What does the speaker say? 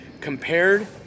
compared